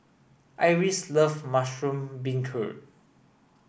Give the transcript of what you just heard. Iris love mushroom beancurd